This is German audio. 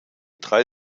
drei